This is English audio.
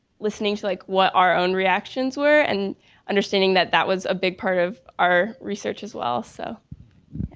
listening to like what our own reactions were, and understanding that that was a big part of our research as well, so.